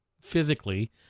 physically